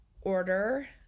order